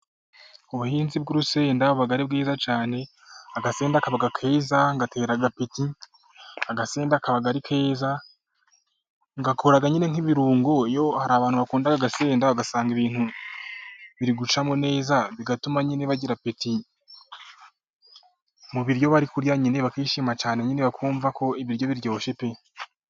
Ubuhinzi bw'urusenda buba ari bwiza cyane, agasenda kaba keza gatera apeti, agasenda kaba ari keza, gakora nyine nk'ibirungo iyo hari abantu bakunda agasenda ugasanga biri gucamo neza bigatuma bagira apeti mu biryo bari kurya bakishima cyane bakumva ko ibiryo biryoshye pe.